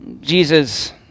Jesus